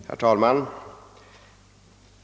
Herr talman!